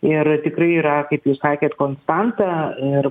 ir tikrai yra kaip jūs sakėt konstanta ir